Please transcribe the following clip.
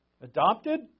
Adopted